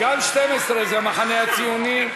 גם סעיף 12, המחנה הציוני,